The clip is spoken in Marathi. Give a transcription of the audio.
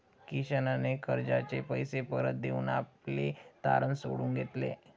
किशनने कर्जाचे पैसे परत देऊन आपले तारण सोडवून घेतले